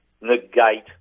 negate